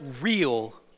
real